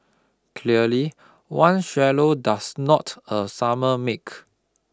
clearly one swallow does not a summer make